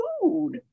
food